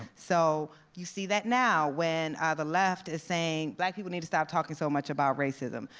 so you see that now when ah the left is saying, black people need to stop talking so much about racism,